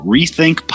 Rethink